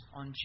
on